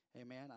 Amen